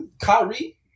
Kyrie